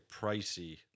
pricey